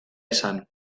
esan